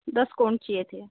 दस कोन चाहिए थी